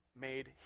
made